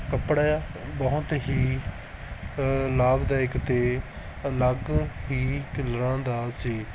ਕੱਪੜਾ ਬਹੁਤ ਹੀ ਲਾਭਦਾਇਕ ਅਤੇ ਅਲੱਗ ਹੀ ਕਲਰਾਂ ਦਾ ਸੀ